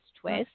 twist